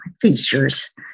features